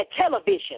television